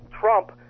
Trump